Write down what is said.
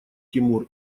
тимур